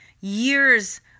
Years